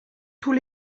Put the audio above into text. tous